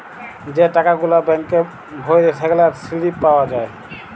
যে টাকা গুলা ব্যাংকে ভ্যইরে সেগলার সিলিপ পাউয়া যায়